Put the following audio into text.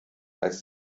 als